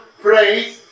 pray